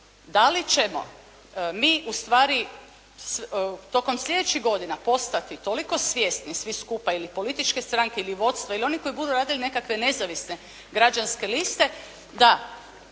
Da li ćemo mi ustvari tokom sljedećih godina postati toliko svjesni svi skupa ili političke strane ili vodstvo ili oni koji budu radili nekakve nezavisne građanske liste, da